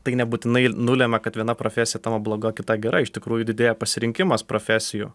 tai nebūtinai nulemia kad viena profesija tavo bloga kita gera iš tikrųjų didėja pasirinkimas profesijų